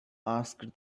asked